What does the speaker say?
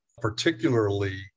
particularly